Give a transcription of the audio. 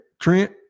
Trent